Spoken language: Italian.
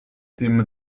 team